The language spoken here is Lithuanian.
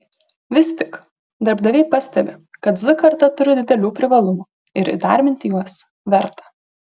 vis tik darbdaviai pastebi kad z karta turi didelių privalumų ir įdarbinti juos verta